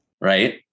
Right